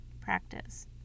practice